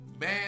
man